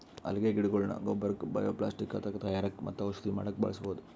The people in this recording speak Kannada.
ಅಲ್ಗೆ ಗಿಡಗೊಳ್ನ ಗೊಬ್ಬರಕ್ಕ್ ಬಯೊಪ್ಲಾಸ್ಟಿಕ್ ತಯಾರಕ್ಕ್ ಮತ್ತ್ ಔಷಧಿ ಮಾಡಕ್ಕ್ ಬಳಸ್ಬಹುದ್